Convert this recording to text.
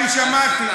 אני שמעתי.